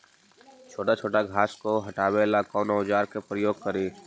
छोटा छोटा घास को हटाबे ला कौन औजार के प्रयोग करि?